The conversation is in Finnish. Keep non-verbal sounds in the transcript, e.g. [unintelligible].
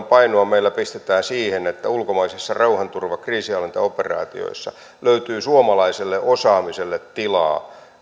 [unintelligible] painoa meillä pistetään siihen että ulkomaisissa rauhanturva kriisinhallintaoperaatioissa löytyy suomalaiselle osaamiselle tilaa